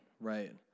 right